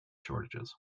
shortages